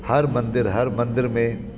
हर मंदर हर मंदर में